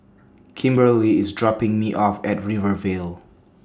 Kimberely IS dropping Me off At Rivervale